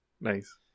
Nice